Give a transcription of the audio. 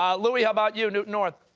um louis, how about you, newton north?